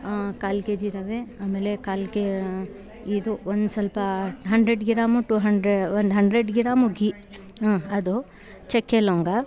ಕಾಲು K G ರವೆ ಆಮೇಲೆ ಕಾಲು ಕೆ ಇದು ಒಂದು ಸ್ವಲ್ಪ ಹಂಡ್ರೆಡ್ ಗಿರಾಮು ಟು ಹಂಡ್ರೆ ಒಂದು ಹಂಡ್ರೆಡ್ ಗಿರಾಮು ಘೀ ಅದು ಚಕ್ಕೆ ಲವಂಗ